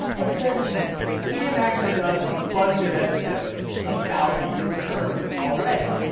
i've heard of it we have actually done a bunch of episodes about the yield curve already.